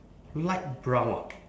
light brown ah